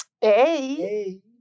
Hey